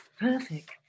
Perfect